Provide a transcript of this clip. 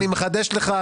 אני מחדש לך,